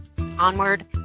Onward